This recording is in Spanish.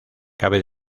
cabe